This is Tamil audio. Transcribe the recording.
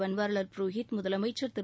பன்வாரிவால் புரோகித் முதலமமச்சர் திரு